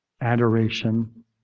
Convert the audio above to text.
adoration